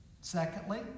Secondly